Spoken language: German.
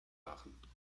waren